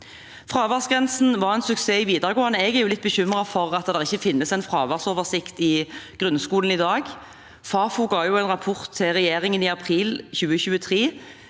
Fraværsgrensen var en suksess i videregående skole. Jeg er litt bekymret over at det ikke finnes en fraværsoversikt i grunnskolen i dag. Fafo ga en rapport til regjeringen i april 2023,